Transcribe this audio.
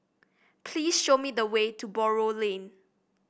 please show me the way to Buroh Lane